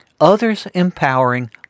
others-empowering